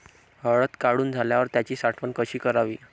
हळद काढून झाल्यावर त्याची साठवण कशी करावी?